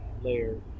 layer